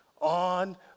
on